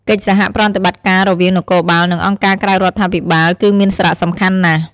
កិច្ចសហប្រតិបត្តិការរវាងនគរបាល និងអង្គការក្រៅរដ្ឋាភិបាលគឺមានសារៈសំខាន់ណាស់។